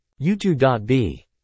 U2.B